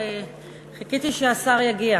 חיכיתי שהשר יגיע.